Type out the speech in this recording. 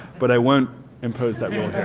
but i won't impose that rule